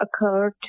occurred